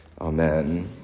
Amen